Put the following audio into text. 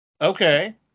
Okay